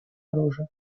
оружия